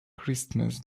christmas